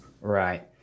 Right